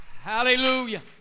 Hallelujah